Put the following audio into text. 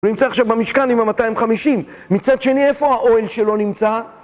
הוא נמצא עכשיו במשכן עם ה-250, מצד שני איפה האוהל שלו נמצא?